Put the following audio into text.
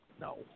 No